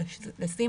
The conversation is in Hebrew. גם